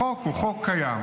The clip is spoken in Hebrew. החוק הוא חוק קיים,